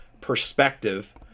perspective